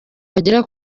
bagera